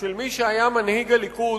של מי שהיה מנהיג הליכוד,